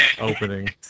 opening